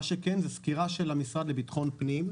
מה שכן, יש סקירה של המשרד לביטחון פנים,